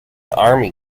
army